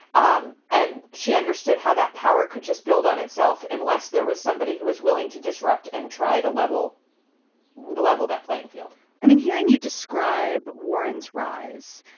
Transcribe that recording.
um and she understood how that power could just build on itself unless there was somebody who was willing to disrupt and try to level the level that playing field i mean, hearing you describe warren's rise,